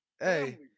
Hey